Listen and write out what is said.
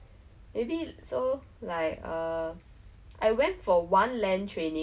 I joined and then like you said lah it was really very tiring lah and I hated it really but I think it was really like the